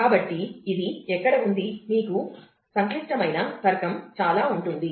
కాబట్టి అది ఎక్కడ ఉంది మీకు సంక్లిష్టమైన తర్కం చాలా ఉంటుంది